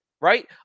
right